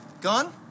Gun